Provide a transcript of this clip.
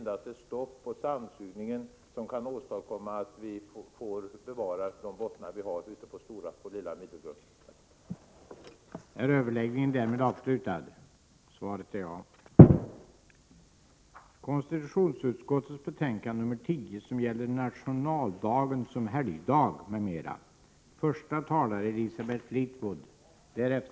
Det enda som kan göra att vi får bevara havsbotten i Stora och Lilla Middelgrund är att sätta stopp för sandsugningen.